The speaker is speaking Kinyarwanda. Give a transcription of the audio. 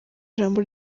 ijambo